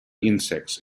insects